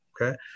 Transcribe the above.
Okay